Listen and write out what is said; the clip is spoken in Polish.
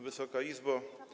Wysoka Izbo!